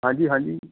ਹਾਂਜੀ ਹਾਂਜੀ